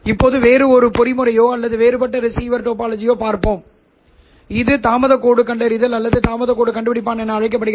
இப்போது வேறு ஒரு பொறிமுறையையோ அல்லது வேறுபட்ட ரிசீவர் டோபாலஜியையோ பார்ப்போம் இது தாமதக் கோடு கண்டறிதல் அல்லது தாமதக் கோடு கண்டுபிடிப்பான் என அழைக்கப்படுகிறது